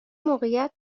موقعیت